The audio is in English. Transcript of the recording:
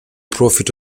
profit